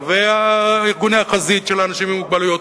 וארגוני החזית של האנשים עם מוגבלויות,